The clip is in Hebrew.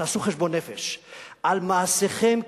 תעשו חשבון נפש על מעשיכם,